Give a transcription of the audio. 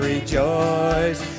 Rejoice